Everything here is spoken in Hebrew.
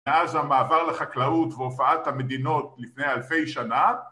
מאז המעבר לחקלאות והופעת המדינות לפני אלפי שנה